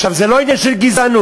זה לא עניין של גזענות.